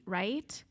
right